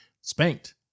spanked